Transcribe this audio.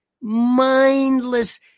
mindless